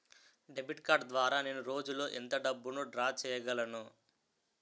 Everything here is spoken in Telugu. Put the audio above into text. డెబిట్ కార్డ్ ద్వారా నేను రోజు లో ఎంత డబ్బును డ్రా చేయగలను?